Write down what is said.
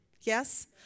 Yes